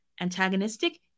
antagonistic